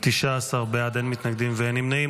19 בעד, אין מתנגדים ואין נמנעים.